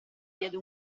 diede